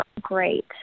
great